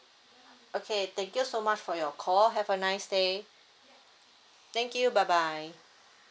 okay thank you so much for your call have a nice day thank you bye bye